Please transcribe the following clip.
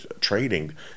trading